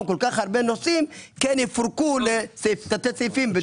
כה הרבה נושאים כן יפורקו לתת סעיפים.